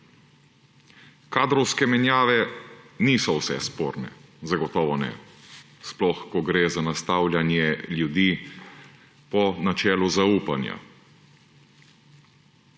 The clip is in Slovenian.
Kadrovske menjave niso vse sporne, zagotovo ne, sploh ko gre za nastavljanje ljudi po načelu zaupanja;